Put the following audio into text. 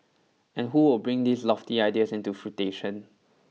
and who will bring these lofty ideas into fruition